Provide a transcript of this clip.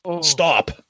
Stop